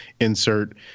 insert